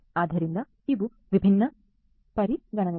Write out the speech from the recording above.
ಆದ್ದರಿಂದ ಇವು ವಿಭಿನ್ನ ಪರಿಗಣನೆಗಳು